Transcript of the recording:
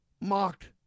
mocked